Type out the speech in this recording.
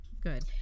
Good